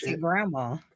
grandma